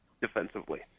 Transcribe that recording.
defensively